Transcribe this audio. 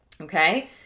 okay